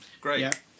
Great